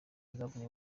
zabonye